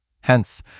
Hence